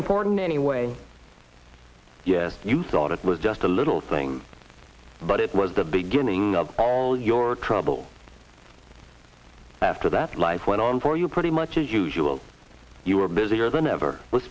important anyway yet you thought it was just a little thing but it was the beginning of all your trouble after that life went on for you pretty much as usual you are busier than ever